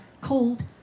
cold